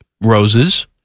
roses